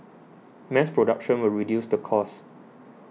mass production will reduce the cost